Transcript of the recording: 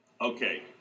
Okay